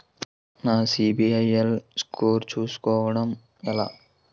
నా CIBIL score చుస్కోవడం ఎలా?